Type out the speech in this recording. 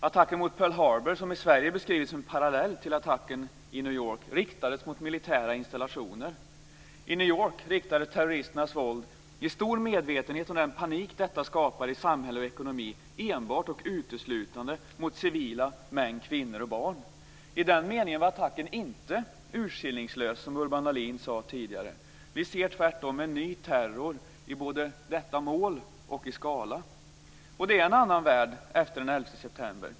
Attacken mot Pearl Harbour, som i Sverige beskrivs som en parallell till attacken i York riktades terroristernas våld i stor medvetenhet om den panik som detta skapar i samhället och ekonomin enbart och uteslutande mot civila män, kvinnor och barn. I den meningen var attacken inte urskillningslös, som Urban Ahlin tidigare sade. Vi ser tvärtom en ny terror både i detta mål och i skala. Det är en annan värld efter den 11 september.